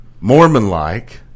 Mormon-like